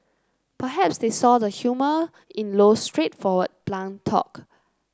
perhaps they saw the humour in Low's straightforward blunt talk